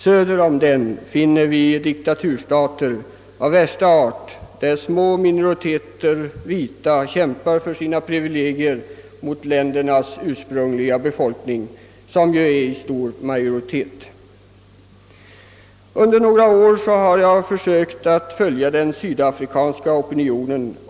Söder om denna finner man diktaturstater av värsta art, i vilka små minoriteter vita kämpar för sina privilegier mot ländernas ursprungliga befolkning, som är i stor majoritet. Under några år har jag försökt följa den sydafrikanska opinionen.